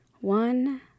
one